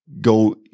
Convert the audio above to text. go